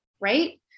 right